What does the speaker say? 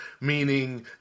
meaning